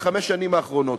בחמש השנים האחרונות,